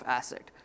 asset